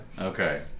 Okay